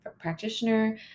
practitioner